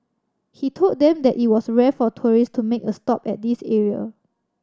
he told them that it was rare for tourist to make a stop at this area